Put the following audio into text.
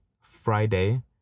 Friday